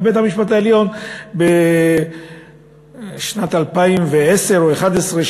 ובית-המשפט העליון בשנת 2010 או 2011,